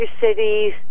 cities